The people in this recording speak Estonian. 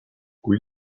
kui